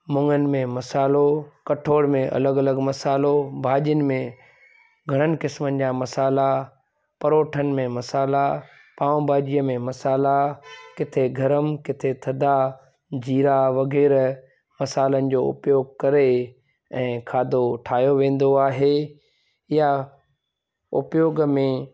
मुंङनि में मसालो कठोण में अलॻि अलॻि मसालो भाॼिनि में घणनि क़िस्मनि जा मसाला परोठनि में मसाला पांव भाॼीअ में मसाला किथे गरम किथे थधा जीरा वगैर मसालनि जो उपयोग करे ऐं खाधो ठायो वेंदो आहे या उपयोग में